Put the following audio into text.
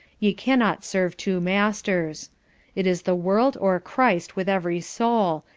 ye cannot serve two masters it is the world or christ with every soul,